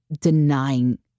denying